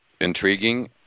intriguing